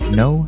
no